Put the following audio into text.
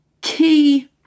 key